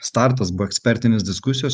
startas buvo ekspertinės diskusijos